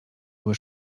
były